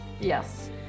yes